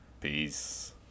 Peace